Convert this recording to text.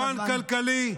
חורבן כלכלי,